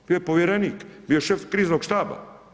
Bio je povjerenik, bio je šef kriznog štaba.